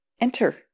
Enter